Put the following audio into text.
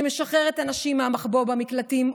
שמשחרר את הנשים מהמחבוא במקלטים,